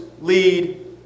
lead